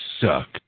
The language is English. suck